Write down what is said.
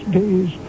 days